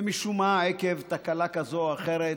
ומשום מה, עקב תקלה כזאת או אחרת,